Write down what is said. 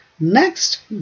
Next